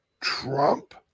Trump